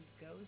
goes